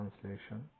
Translation